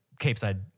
Capeside